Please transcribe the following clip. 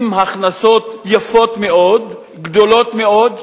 עם הכנסות יפות מאוד, גדולות מאוד,